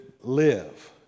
live